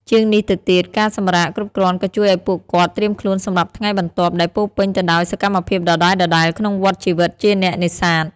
ជាងនេះទៅទៀត ការសម្រាកគ្រប់គ្រាន់ក៏ជួយឲ្យពួកគាត់ត្រៀមខ្លួនសម្រាប់ថ្ងៃបន្ទាប់ដែលពោរពេញទៅដោយសកម្មភាពដដែលៗក្នុងវដ្តជីវិតជាអ្នកនេសាទ។